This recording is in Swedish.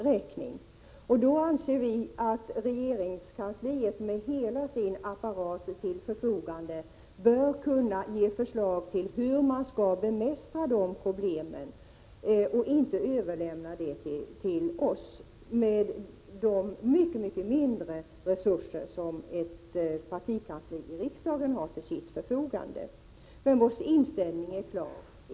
Vi anser att regeringskansliet med hela sin apparat till förfogande bör kunna ge förslag till hur man skall bemästra dessa problem och inte överlämna dem till oss med de avsevärt mindre resurser ett partikansli i riksdagen har till sitt förfogande. Vår inställning är klar.